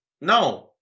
No